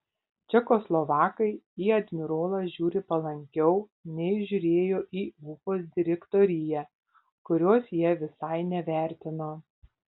čekoslovakai į admirolą žiūri palankiau nei žiūrėjo į ufos direktoriją kurios jie visai nevertino